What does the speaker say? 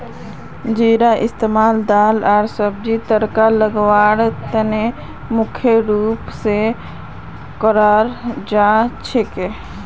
जीरार इस्तमाल दाल आर सब्जीक तड़का लगव्वार त न मुख्य रूप स कराल जा छेक